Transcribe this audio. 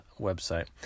website